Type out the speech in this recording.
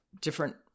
different